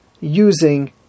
using